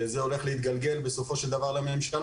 וזה הולך להתגלגל בסופו של דבר לממשלה,